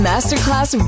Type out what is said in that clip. Masterclass